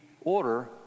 order